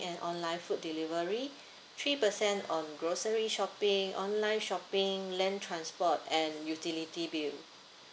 and online food delivery three percent on grocery shopping online shopping land transport and utility bill